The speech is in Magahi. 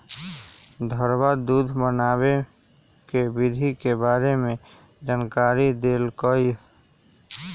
रधवा दूध बनावे के विधि के बारे में जानकारी देलकई